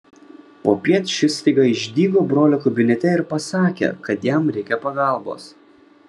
popiet šis staiga išdygo brolio kabinete ir pasakė kad jam reikia pagalbos